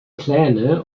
pläne